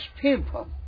people